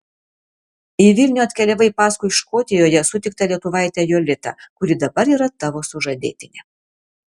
į vilnių atkeliavai paskui škotijoje sutiktą lietuvaitę jolitą kuri dabar yra tavo sužadėtinė